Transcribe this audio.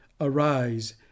arise